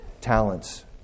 talents